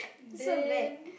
so bad